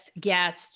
guest